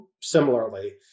similarly